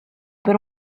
per